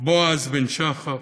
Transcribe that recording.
בעז בן-שחר,